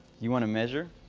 you want to measure?